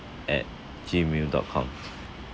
at gmail dot com